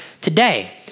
today